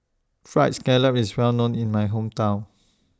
Fried Scallop IS Well known in My Hometown